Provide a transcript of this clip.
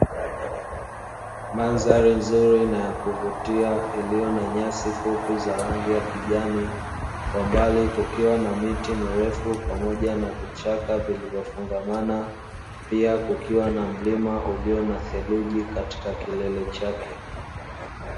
Mandhari nzuri na ya kuvutia iliyo na nyasi fupi na yenye rangi ya kijani, kwa mbali kukiwa na miti mirefu pamoja na vichaka vilivyofungamana. Pia kukiwa na mlima ulio na theruji katika kilima chake.